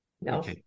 No